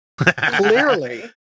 Clearly